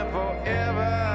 forever